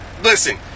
Listen